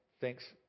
Thanks